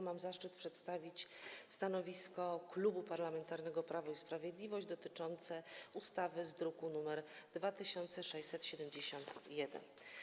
Mam zaszczyt przedstawić stanowisko Klubu Parlamentarnego Prawo i Sprawiedliwość dotyczące ustawy z druku nr 2671.